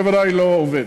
זה בוודאי לא עובד.